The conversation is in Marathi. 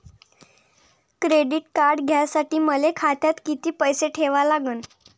क्रेडिट कार्ड घ्यासाठी मले खात्यात किती पैसे ठेवा लागन?